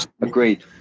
Agreed